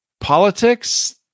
politics